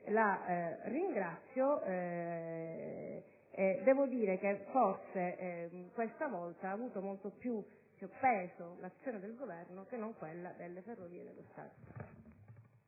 sua risposta e devo dire che forse questa volta ha avuto molto più peso l'azione del Governo che non quella delle Ferrovie dello Stato.